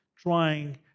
trying